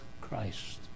Christ